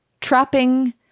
trapping